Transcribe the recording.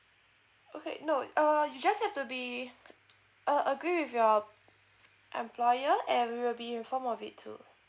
okay no err you just have to be err agree with your employer and we will be informed of it too